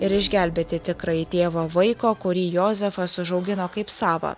ir išgelbėti tikrąjį tėvą vaiko kurį jozefas užaugino kaip savą